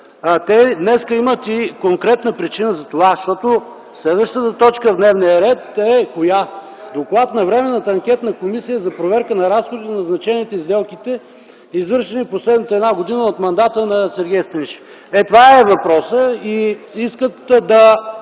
те днес имат и конкретна причина за това. Защото следващата точка в дневния ред е коя? – Доклад на Временната анкетна комисия за проверка на разходите, назначенията и сделките, извършени в последната една година от мандата на Сергей Станишев. Ето това е въпросът. И искат да